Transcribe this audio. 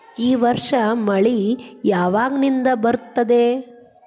ಈ ವರ್ಷ ಮಳಿ ಯಾವಾಗಿನಿಂದ ಬರುತ್ತದೆ?